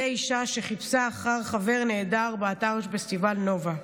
אישה שחיפשה אחר חבר נעדר באתר של פסטיבל נובה.